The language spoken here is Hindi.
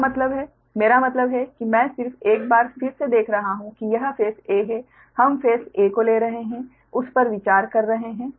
इसका मतलब है मेरा मतलब है कि मैं सिर्फ एक बार फिर से देख रहा हूं कि यह फेस a है हम फेस a को ले रहे है उस पर विचार कर रहे हैं